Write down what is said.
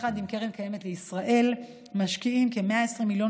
ויחד עם קרן קיימת לישראל משקיעים כ-120 מיליון